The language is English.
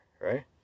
right